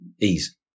ease